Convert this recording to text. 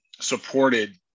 supported